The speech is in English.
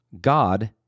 God